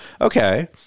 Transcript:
okay